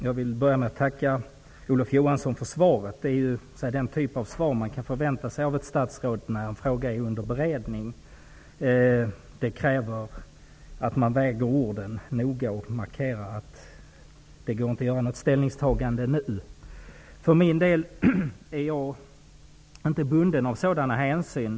Fru talman! Jag tackar Olof Johansson för svaret. Det är den typ av svar som man kan förvänta sig av ett statsråd när en fråga är under beredning. Det krävs att man väger orden noga och att man markerar att det inte nu går att göra något ställningstagande. Jag är inte bunden av sådana hänsyn.